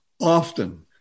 often